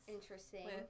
Interesting